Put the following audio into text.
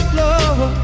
love